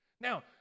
Now